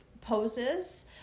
poses